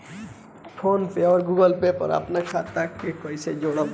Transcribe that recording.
PhonePe या Google Pay पर अपना खाता के कईसे जोड़म?